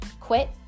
quit